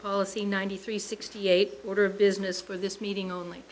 policy ninety three sixty eight order of business for this meeting on